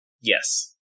Yes